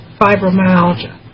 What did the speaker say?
fibromyalgia